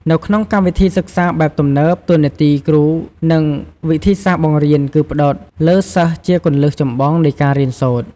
នៅក្នុងកម្មវិធីសិក្សាបែបទំនើប តួនាទីគ្រូ និងវិធីសាស្ត្របង្រៀនគឺ ផ្ដោតលើសិស្សជាគន្លឹះចម្បងនៃការរៀនសូត្រ។